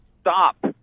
stop